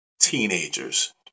teenagers